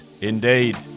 Indeed